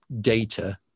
data